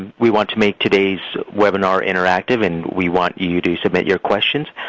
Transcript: we want to make today's webinar interactive, and we want you to submit your questions.